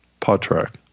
Podtrack